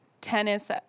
Tennis